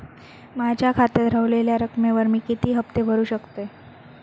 माझ्या खात्यात रव्हलेल्या रकमेवर मी किती हफ्ते भरू शकतय?